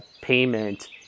payment